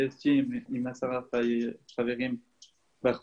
עליתי לפני שש שנים מברזיל דרך